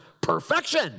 perfection